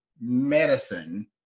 medicine